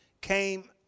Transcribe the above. came